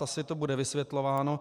Asi to bude vysvětlováno.